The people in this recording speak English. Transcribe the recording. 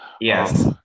Yes